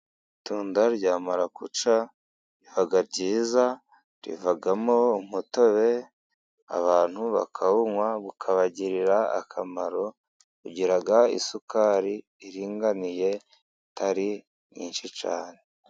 Itunda rya marakuca riba ryiza, rivamo umutobe, abantu bakabunywa ukabagirira akamaro, ugiraga isukari iringaniye itari nyinshi cyane.